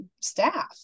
staff